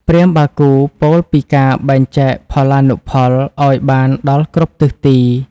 ព្រាហ្មណ៍បាគូពោលពីការបែងចែកផល្លានុផលឱ្យបានដល់គ្រប់ទិសទី។